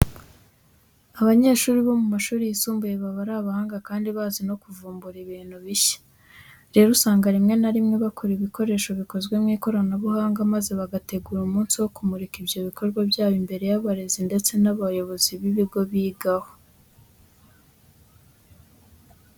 Abanyeshuri bo mu mashuri yisumbuye baba ari abahanga kandi bazi no kuvumbura ibintu bishya. Rero usanga rimwe na rimwe bakora ibikoresho bikozwe mu ikoranabuhanga maze bagategura umunsi wo kumurika ibyo bikorwa byabo imbere y'abarezi ndetse n'abayobozi b'ibigo bigaho.